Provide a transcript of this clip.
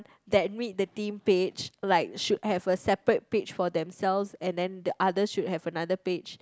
that meet the team page like should have a separate page for themselves and then the others should have another page